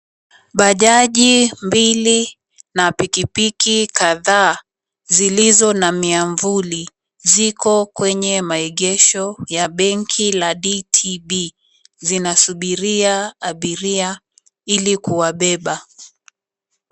Bajaji mbili na pikipiki kadhaa zilizo na miavuli ziko kwenye maegesho ya benki la DTB zinasubiria abiria ili kuwabeba.